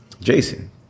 Jason